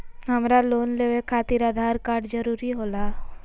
हमरा लोन लेवे खातिर आधार कार्ड जरूरी होला?